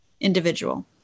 individual